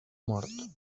mort